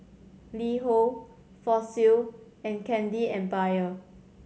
LiHo Fossil and Candy Empire